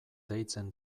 deitzen